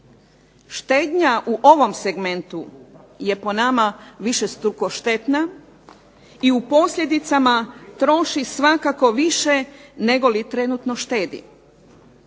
Štednja u ovom segmentu je po nama višestruko štetna i u posljedicama troši svakako više nego li trenutno šteti.